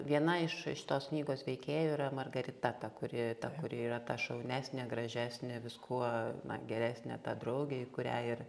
viena iš šitos knygos veikėjų yra margarita ta kuri ta kuri yra ta šaunesnė gražesnė viskuo na geresnė ta draugė į kurią ir